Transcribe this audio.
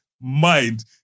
mind